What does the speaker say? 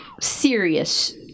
serious